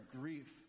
grief